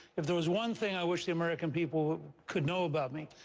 if there was one thing i wish the american people could know about me,